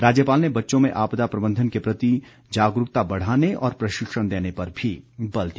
राज्यपाल ने बच्चों में आपदा प्रबंधन के प्रति जागरूकता बढ़ाने और प्रशिक्षण देने पर भी बल दिया